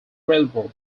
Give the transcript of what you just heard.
railroad